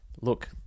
look